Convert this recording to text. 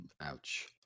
ouch